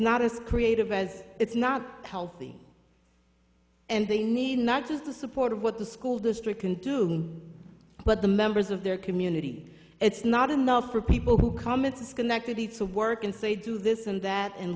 not as creative as it's not healthy and they need not just the support of what the school district can do but the members of their community it's not enough for people who come at schenectady to work and say do this and that and